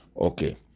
Okay